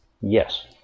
Yes